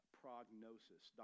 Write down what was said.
prognosis